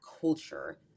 culture